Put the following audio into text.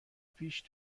پیش